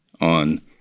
on